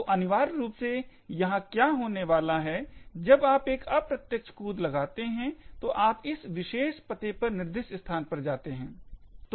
तो अनिवार्य रूप से यहाँ क्या होने वाला है जब आप एक अप्रत्यक्ष कूद लगाते हैं तो आप इस विशेष पते पर निर्दिष्ट स्थान पर जाते हैं